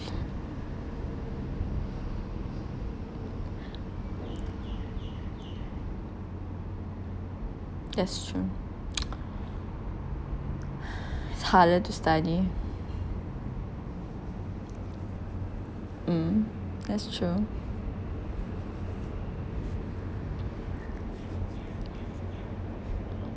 that's true it's harder to study mm that's true